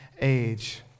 age